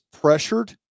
pressured